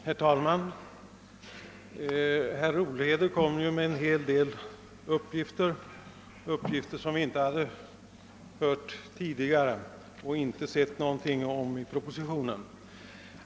Herr talman! Herr Olhede kom med en hel del uppgifter som vi inte hört tidigare och inte sett någonting om i propositionen.